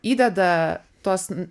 įdeda tuos